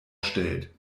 stellt